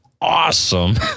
awesome